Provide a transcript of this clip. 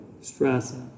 stress